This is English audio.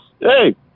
Hey